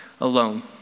alone